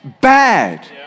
bad